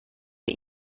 wir